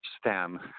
stem